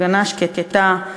הפגנה שקטה,